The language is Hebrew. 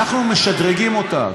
אנחנו משדרגים אותה.